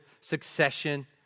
succession